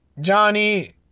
Johnny